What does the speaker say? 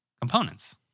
components